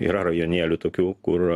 yra rajonėlių tokių kur